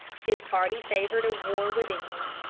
his party favored a war with england,